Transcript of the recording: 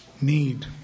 need